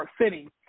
City